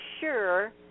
sure